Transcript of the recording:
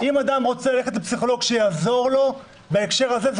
אם אדם רוצה ללכת לפסיכולוג שיעזור לו בהקשר הזה,